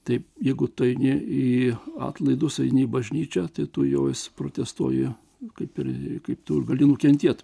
taip jeigu tu eini į atlaidus eini į bažnyčią tai tu jau esi protestuoji kaip ir kaip tu gali nukentėt